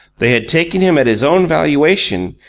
they had taken him at his own valuation,